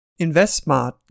InvestSmart